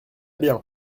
bien